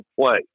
play